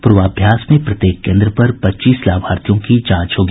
पूर्वाभ्यास में प्रत्येक केंद्र पर पच्चीस लाभार्थियों की जांच होगी